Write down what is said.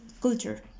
culture